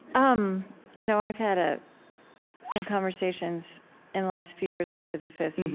um you know i've had ah some conversations in the last few years with physicists, and